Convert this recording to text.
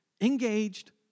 engaged